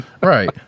right